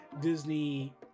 disney